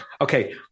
okay